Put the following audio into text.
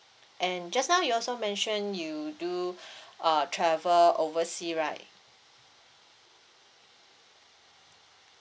and just now you also mention you do uh travel oversea right